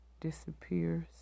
disappears